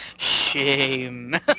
Shame